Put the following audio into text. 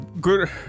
good